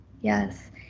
yes